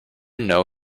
know